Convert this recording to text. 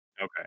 Okay